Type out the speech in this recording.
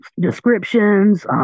descriptions